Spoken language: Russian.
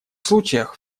случаях